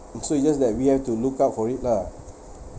and so it's just that we have to look out for it lah